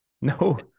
No